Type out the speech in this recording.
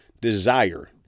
desire